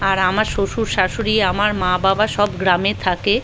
আর আমার শ্বশুর শাশুড়ি আমার মা বাবা সব গ্রামে থাকে